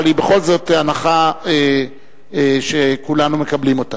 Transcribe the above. אבל היא בכל זאת הנחה שכולנו מקבלים אותה.